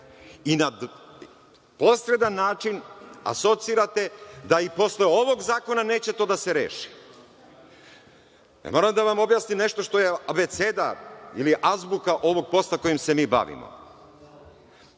i na poseban način asocirate da i posle ovog zakona neće to da se reši. Pa, moram da vam objasnim nešto što je abeceda ili azbuka ovog posla kojim se mi bavimo.